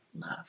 love